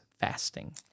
fasting